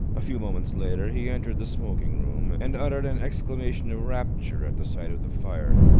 a few moments later he entered the smoking-room, and uttered an exclamation of rapture at the sight of the fire.